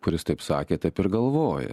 kuris taip sakė taip ir galvoja